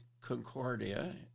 Concordia